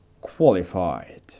qualified